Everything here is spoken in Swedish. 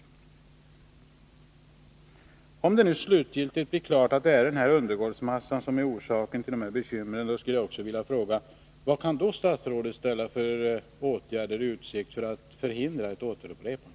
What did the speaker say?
Jag vill till sist fråga: Om det slutgiltigt blir klart att det är den berörda undergolvsmassan som är orsak till bekymren, vad kan då statsrådet ställa för åtgärder i utsikt för att förhindra ett återupprepande?